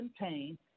pain